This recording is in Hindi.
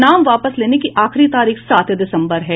नाम वापस लेने की आखिरी तारीख सात दिसम्बर है